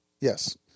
yes